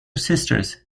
sisters